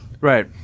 Right